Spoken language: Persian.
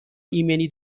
ایمنی